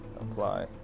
apply